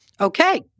Okay